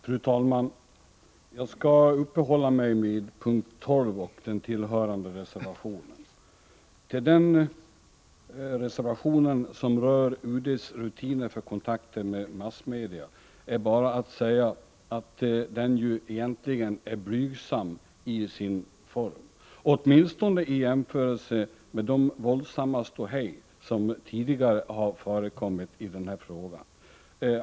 Fru talman! Jag skall uppehålla mig vid punkt 12 b och den tillhörande reservationen. Till den reservationen — det gäller UD:s rutiner för kontakter med massmedia — är bara att säga att den ju egentligen är blygsam i sin form åtminstone i jämförelse med det våldsamma ståhej, som tidigare förekommit i denna fråga.